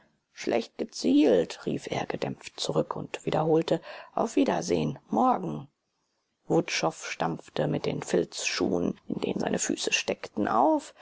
schlecht gezielt rief er gedämpft zurück und wiederholte auf wiedersehen morgen wutschow stampfte mit den filzschuhen in denen seine füße steckten auf